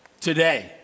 today